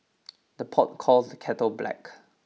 the pot calls the kettle black